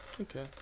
Okay